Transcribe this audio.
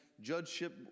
judgeship